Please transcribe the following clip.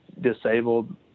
disabled